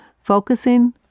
focusing